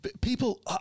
people